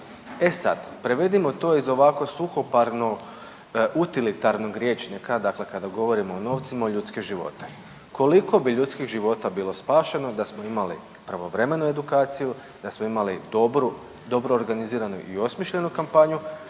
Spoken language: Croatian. E sad, prevedimo to iz ovako suhoparno utilitarnog rječnika, dakle kada govorimo o novcima u ljudske živote. Koliko bi ljudskih života bilo spašeno da smo imali pravovremenu edukaciju, da smo imali dobru, dobro organiziranu i osmišljenu kampanju,